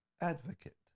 advocate